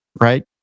Right